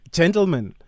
gentlemen